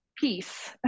peace